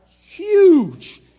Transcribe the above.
huge